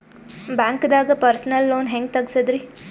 ಬ್ಯಾಂಕ್ದಾಗ personal loan ಹೆಂಗ್ ತಗ್ಸದ್ರಿ?